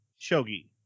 Shogi